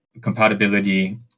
compatibility